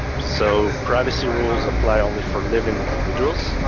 so privacy rules apply only for living individuals.